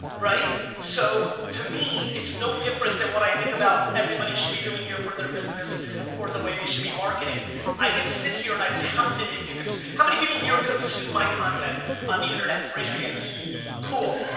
right. so to me, it's no different than what i think about everybody should be doing here for their business or the way. they should be marketing i can sit here and i've pound it if you can how many people here consume my content on the internet raise your hands cool